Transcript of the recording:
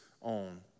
on